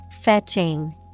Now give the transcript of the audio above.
Fetching